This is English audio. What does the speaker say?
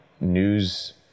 news